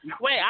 Wait